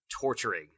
torturing